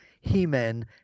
he-men